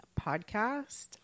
podcast